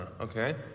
okay